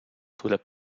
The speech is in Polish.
które